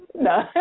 no